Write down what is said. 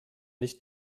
nicht